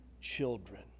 children